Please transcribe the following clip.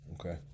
okay